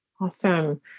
Awesome